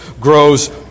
grows